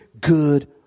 good